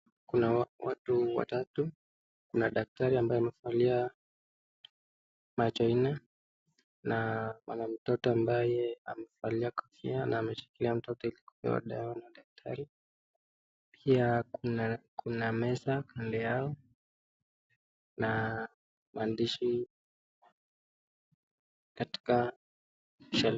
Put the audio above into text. Kuna watu watatu, kuna daktari ambaye amevalia macho nne na mama mtoto ambaye amevalia kofia na ameshikilia mtoto ili kupewa dawa na daktari, pia kuna meza kando yao na maandishi katika.